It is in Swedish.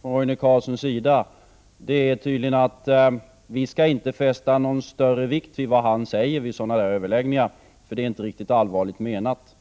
från Roine Carlsson tydligen är att vi inte skall fästa någon större vikt vid vad han säger under sådana överläggningar, för det är inte riktigt allvarligt menat.